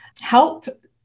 help